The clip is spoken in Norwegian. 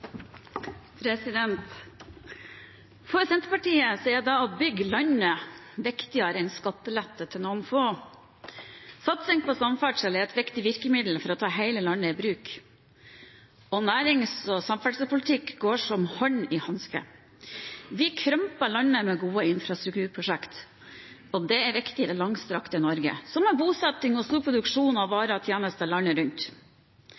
et viktig virkemiddel for å ta hele landet i bruk. Nærings- og samferdselspolitikk går som hånd i hanske. Vi krymper landet med gode infrastrukturprosjekter. Dette er viktig i det langstrakte Norge, som har bosetting og stor produksjon av varer og tjenester landet rundt.